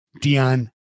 Dion